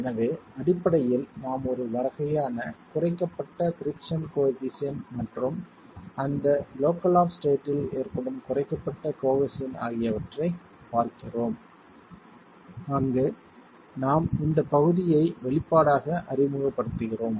எனவே அடிப்படையில் நாம் ஒரு வகையான குறைக்கப்பட்ட பிரிக்சன் கோயெபிசியன்ட் மற்றும் அந்த லோக்கல் ஆப் ஸ்டேட்டில் ஏற்படும் குறைக்கப்பட்ட கோஹெஸின் ஆகியவற்றைப் பார்க்கிறோம் அங்கு நாம் இந்த பகுதியை வெளிப்பாடாக அறிமுகப்படுத்துகிறோம்